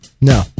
No